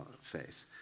faith